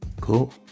cool